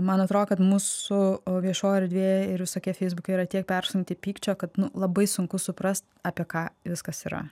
man atrodo kad mūsų viešoji erdvė ir visokie feisbukai yra tiek persunkti pykčio kad labai sunku suprast apie ką viskas yra